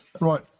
Right